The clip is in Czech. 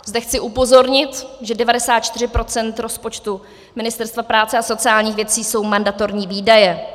Zde chci upozornit, že 94 % rozpočtu Ministerstva práce a sociálních věcí jsou mandatorní výdaje.